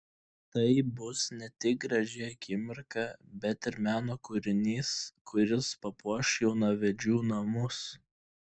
tai bus ne tik graži akimirka bet ir meno kūrinys kuris papuoš jaunavedžių namus